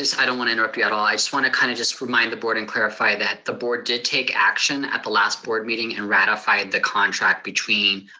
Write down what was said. i don't wanna interrupt you at all. i just wanna kinda just remind the board and clarify that the board did take action at the last board meeting and ratified the contract between